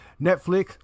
Netflix